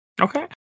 Okay